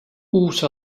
uus